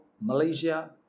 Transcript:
Malaysia